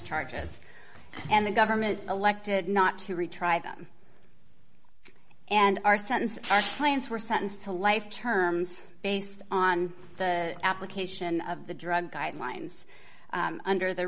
charges and the government elected not to retry them and our sentence clients were sentenced to life terms based on the application of the drug guidelines under the